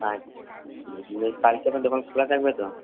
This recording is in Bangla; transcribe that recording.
আচ্ছা কালকে আপনার দোকান খোলা থাকবে তো